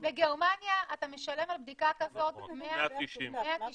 בגרמניה אתה משלם על בדיקה כזאת 190 יורו.